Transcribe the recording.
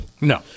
No